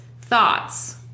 thoughts